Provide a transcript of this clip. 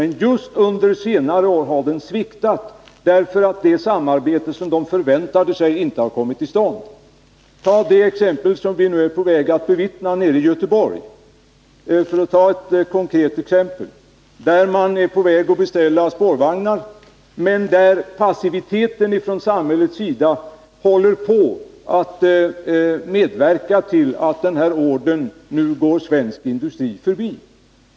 Men just under senare år har den sviktat därför att det samarbete industrierna förväntar sig inte har kommit till stånd. Ett konkret exempel är det vi är på väg att få bevittna nere i Göteborg, där man skall beställa spårvagnar. Passiviteten från samhällets sida håller i det fallet på att medverka till att ordern nu går svensk industri förbi.